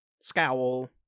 Scowl